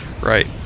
Right